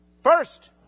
first